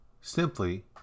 Simply